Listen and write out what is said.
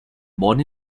born